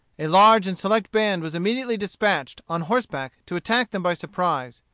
a large and select band was immediately dispatched, on horseback, to attack them by surprise.